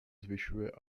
zvyšuje